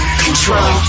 control